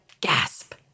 gasp